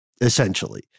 essentially